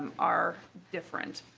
are different.